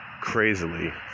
crazily